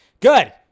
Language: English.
Good